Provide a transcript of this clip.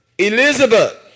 Elizabeth